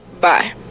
bye